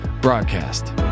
broadcast